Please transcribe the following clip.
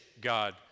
God